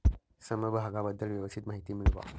समभागाबद्दल व्यवस्थित माहिती मिळवा